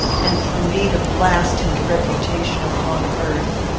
and for me to blast his reputation upon earth,